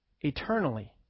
eternally